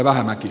kannatan